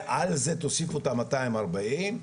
ועל זה תוסיפו את המאתיים ארבעים.